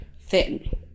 thin